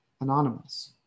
anonymous